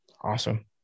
Awesome